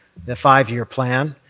the five year plan.